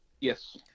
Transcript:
yes